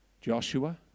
Joshua